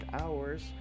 hours